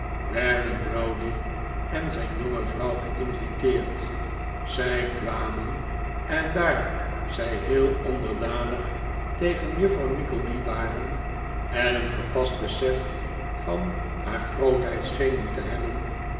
werden browdie en zijn jonge vrouw ge'inviteerd zij kwamen en daar zij heel onderdanig tegenover juffrouw nickleby waren en een gepast besef van haar grootheid schenen te hebben